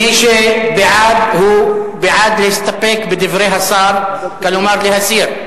מי שבעד הוא בעד להסתפק בדברי השר, כלומר להסיר.